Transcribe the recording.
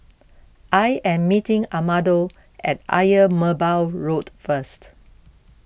I am meeting Amado at Ayer Merbau Road first